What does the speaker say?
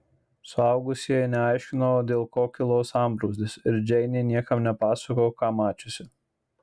suaugusieji neaiškino dėl ko kilo sambrūzdis ir džeinė niekam nepasakojo ką mačiusi